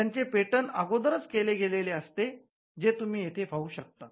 त्यांचे पेटंट अगोदरच केले गेलेले असते जे तुम्ही येथे पाहू शकतात